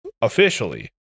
officially